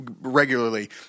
regularly